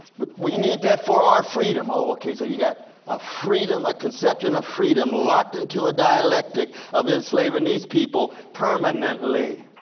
but we need that for our freedom. oh okay, so you got a freedom, a conception of freedom, locked into a dialectic of enslaving these people permanently.